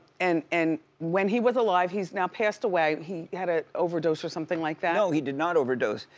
and and, when he was alive, he's now passed away, he had an overdose or something like that? no, he did not overdose.